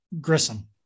Grissom